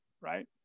right